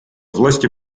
власти